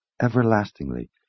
everlastingly